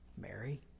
Mary